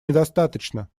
недостаточно